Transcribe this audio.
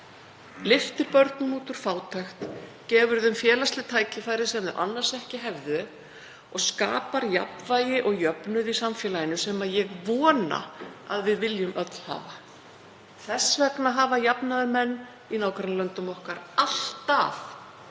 lyftir börnum upp úr fátækt, gefur þeim félagsleg tækifæri sem þau hefðu annars ekki og skapar jafnvægi og jöfnuð í samfélaginu, sem ég vona að við viljum öll hafa. Þess vegna hafa jafnaðarmenn í nágrannalöndum okkar alltaf